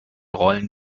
rollen